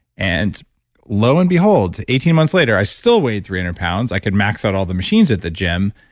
and lo and behold, eighteen months later, i still weighed three hundred pounds. i could max out all the machines at the gym,